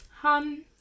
Hun